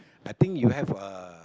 I think you have a